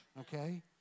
Okay